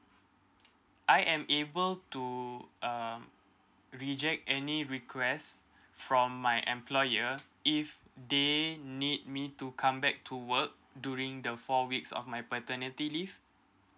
I am able to um reject any request from my employer if they need me to come back to work during the four weeks of my paternity leave